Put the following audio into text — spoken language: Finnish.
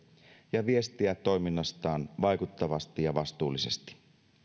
ja viestiä toiminnastaan vaikuttavasti ja vastuullisesti